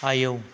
आयौ